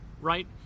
right